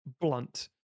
blunt